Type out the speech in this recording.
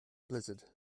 blizzard